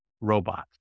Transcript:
robots